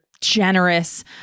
generous